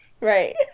right